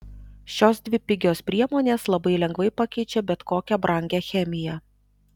šios dvi pigios priemonės labai lengvai pakeičia bet kokią brangią chemiją